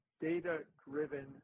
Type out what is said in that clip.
data-driven